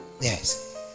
Yes